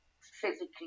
physically